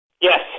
Yes